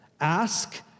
ASK